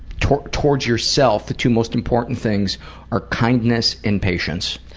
towards towards yourself, the two most important things are kindness and patience.